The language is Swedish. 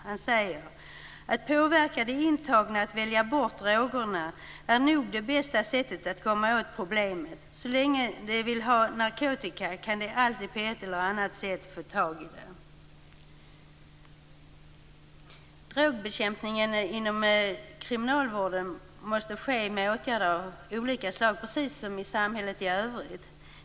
Han säger: "Att påverka de intagna att välja bort drogerna är nog det bästa sättet att komma åt problemet. Så länge de vill ha narkotika kan de alltid på ett eller annat sätt få tag i det." Drogbekämpningen inom kriminalvården måste ske med åtgärder av olika slag, precis som i samhället i övrigt.